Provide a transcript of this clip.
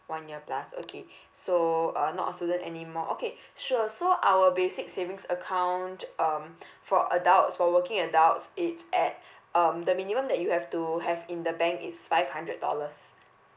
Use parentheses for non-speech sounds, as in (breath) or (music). one year plus okay so uh not a student anymore okay sure so our basic savings account um (breath) for adults for working adults it's at um the minimum that you have to have in the bank is five hundred dollars